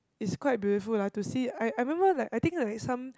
it's quite beautiful lah to see I I remember like I think like some